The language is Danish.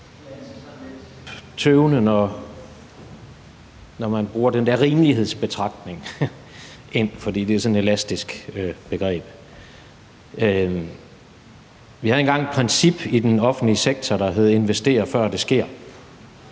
lidt tøvende, når man bruger den der rimelighedsbetragtning, for det er sådan et elastisk begreb. Vi havde engang et princip i den offentlige sektor, der hed: Invester, før det sker.